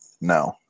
No